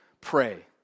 Pray